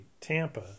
Tampa